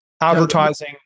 advertising